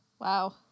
Wow